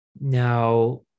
Now